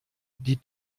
die